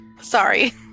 Sorry